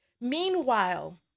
Meanwhile